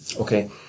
Okay